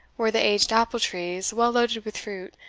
where the aged apple-trees, well loaded with fruit,